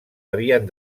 havien